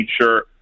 sure